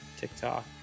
TikTok